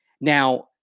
Now